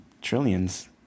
trillions